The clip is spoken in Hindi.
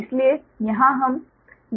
इसीलिए यहाँ हम VpVppuVpB लिख रहे हैं